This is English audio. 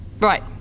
Right